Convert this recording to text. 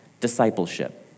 discipleship